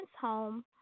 home